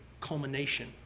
culmination